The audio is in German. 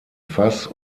fass